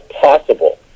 possible